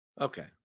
Okay